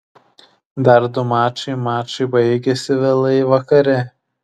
dar du mačai mačai baigėsi vėlai vakare